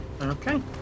Okay